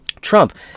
Trump